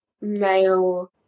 male